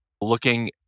looking